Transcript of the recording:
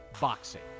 BOXING